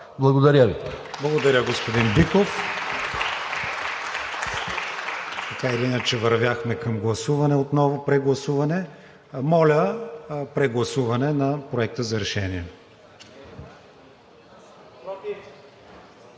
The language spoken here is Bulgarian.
ВИГЕНИН: Благодаря, господин Биков. Така или иначе вървяхме към гласуване – отново прегласуване. Моля, прегласуване на Проекта за решение.